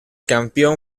campeón